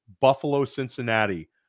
Buffalo-Cincinnati